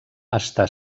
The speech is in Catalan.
està